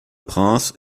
prince